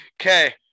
Okay